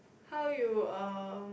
how you um